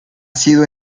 sido